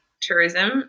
tourism